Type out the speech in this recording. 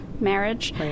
marriage